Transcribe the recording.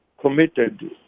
committed